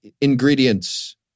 ingredients